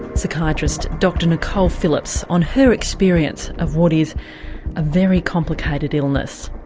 psychiatrist dr nicole phillips on her experience of what is a very complicated illness.